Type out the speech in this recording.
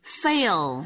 fail